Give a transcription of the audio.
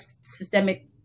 systemic